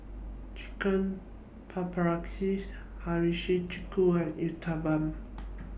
Chicken Hiyashi Chuka and Uthapam